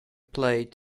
played